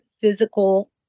physical